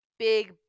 big